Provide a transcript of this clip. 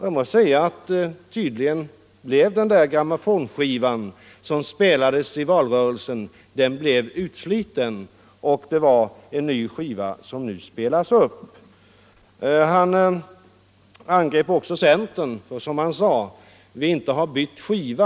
Jag måste säga att den grammofonskivan som spelades i valrörelsen tydligen blev utsliten — det var en ny skiva som spelades upp nu. Han angrep centern därför att vi, som han sade, inte har bytt skiva.